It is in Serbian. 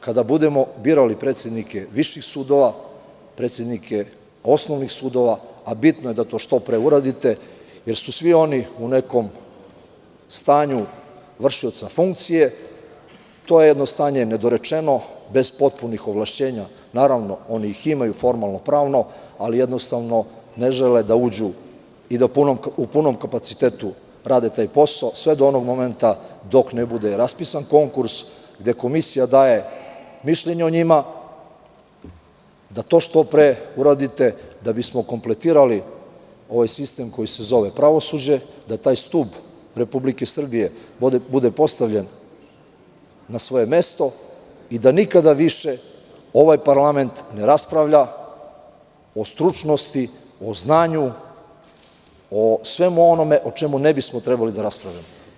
Kada budemo birali predsednike viših sudova, predsednike osnovnih sudova, a bitno je da to što pre uradite jer su svi oni u nekom stanju vršioca funkcije, to je jedno stanje nedorečeno, bez potpunih ovlašćenja, naravno, oni ih formalno-pravno imaju, ali jednostavno ne žele da uđu i da punim kapacitetom rade taj posao, sve do onog momenta dok ne bude raspisan konkurs, gde komisija daje mišljenje o njima, da to što pre uradite da bismo kompletirali ovaj sistem koji se zove pravosuđe, da taj stub Republike Srbije bude postavljen na svoje mesto i da nikada više ovaj parlament ne raspravlja o stručnosti, o znanju, o svemu onome o čemu ne bismo trebali da raspravljamo.